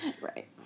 right